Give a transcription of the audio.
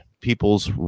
peoples